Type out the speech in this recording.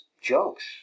jokes